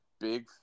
Big